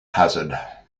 hazard